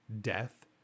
death